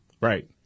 Right